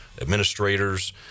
administrators